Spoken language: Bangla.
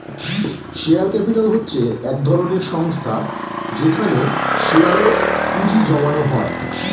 শেয়ার ক্যাপিটাল হচ্ছে এক ধরনের সংস্থা যেখানে শেয়ারে এ পুঁজি জমানো হয়